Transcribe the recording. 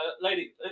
Lady